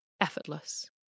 effortless